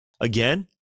Again